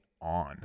on